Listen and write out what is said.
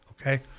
okay